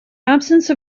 absence